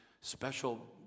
special